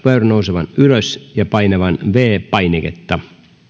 nousemaan ylös ja painamaan viides painiketta